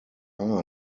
are